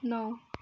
नौ